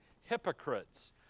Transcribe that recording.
hypocrites